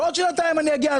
בעוד שנתיים אני אגיע,